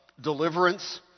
deliverance